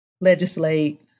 legislate